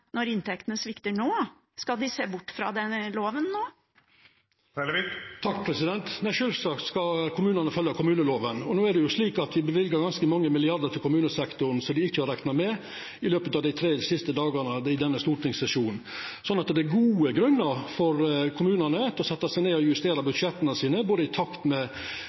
når inntektene svikter. Skal de se bort fra den loven nå? Nei, sjølvsagt skal kommunane følgja kommunelova, og me har i løpet av dei tre siste dagane i denne stortingssesjonen løyva ganske mange milliardar kroner til kommunesektoren som dei ikkje hadde rekna med. Så det er gode grunnar for kommunane til å setja seg ned og justera budsjetta sine i takt med